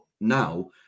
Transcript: now